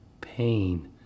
pain